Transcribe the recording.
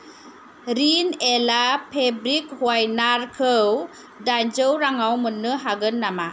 रिन एला फेब्रिक व्हायटनारखौ दाइनजौ राङाव मोन्नो हागोन नामा